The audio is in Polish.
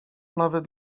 nawet